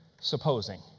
supposing